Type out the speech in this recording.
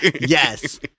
Yes